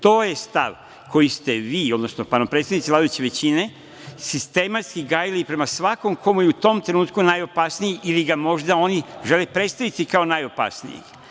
To je stav koji ste vi, odnosno predstavnici vladajuće većine, sistematski gajili prema svakom ko mu je u tom trenutku najopasniji ili ga možda oni žele predstaviti kao najopasnijeg.